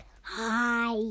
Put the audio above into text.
Hi